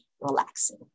relaxing